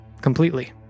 completely